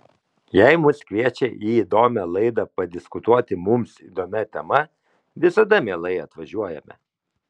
jei mus kviečia į įdomią laidą padiskutuoti mums įdomia tema visada mielai atvažiuojame